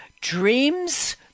dreams